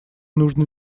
нужно